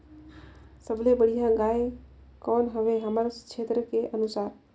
सबले बढ़िया गाय कौन हवे हमर क्षेत्र के अनुसार?